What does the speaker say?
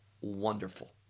Wonderful